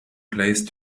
place